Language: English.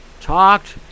talked